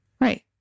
Right